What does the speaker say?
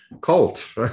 cult